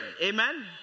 Amen